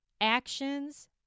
Actions